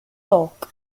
torque